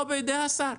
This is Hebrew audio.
או בידי השר,